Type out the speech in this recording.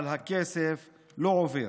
אבל הכסף לא עובר.